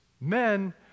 Men